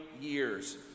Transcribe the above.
years